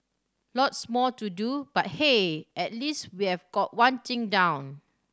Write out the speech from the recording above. lots more to do but hey at least we'll got one thing down